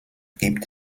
gibt